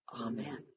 Amen